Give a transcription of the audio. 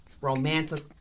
romantic